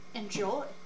enjoy